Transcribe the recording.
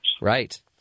Right